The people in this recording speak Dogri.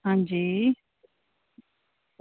आं जी